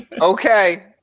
Okay